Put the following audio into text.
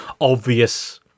obvious